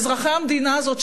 אזרחי המדינה הזאת,